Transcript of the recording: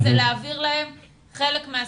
להעביר להם חלק מהסכום.